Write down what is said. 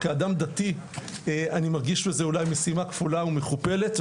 כאדם דתי אני מרגיש שזו אולי משימה כפולה ומכופלת,